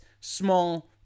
small